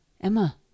Emma